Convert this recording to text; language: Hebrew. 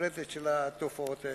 מוחלטת של התופעות האלה.